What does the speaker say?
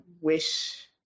wish